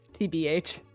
TBH